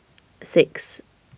six